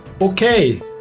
okay